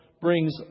brings